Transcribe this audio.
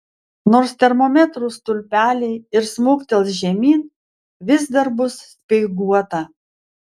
nors termometrų stulpeliai ir smuktels žemyn vis dar bus speiguota